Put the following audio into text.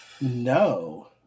no